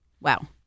Wow